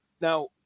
Now